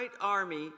army